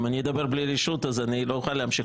אם אני אדבר בלי רשות, אז אני לא אוכל להמשיך.